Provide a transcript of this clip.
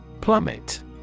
Plummet